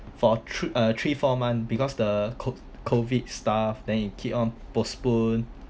for thre~ uh three four month because the CO~ COVID stuff then it keep on postponed